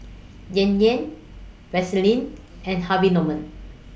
Yan Yan Vaseline and Harvey Norman